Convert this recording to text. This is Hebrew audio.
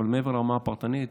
אבל מעבר לרמה הפרטנית,